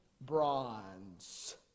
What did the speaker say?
bronze